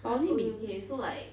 I only been